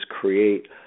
create